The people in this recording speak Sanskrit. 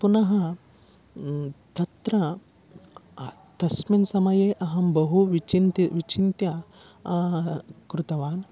पुनः तत्र तस्मिन् समये अहं बहु विचिन्त्य विचिन्त्य कृतवान्